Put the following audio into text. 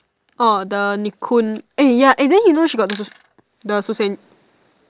orh the Nikoon eh ya eh then you know she got the the